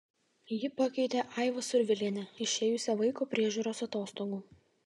ji pakeitė aivą survilienę išėjusią vaiko priežiūros atostogų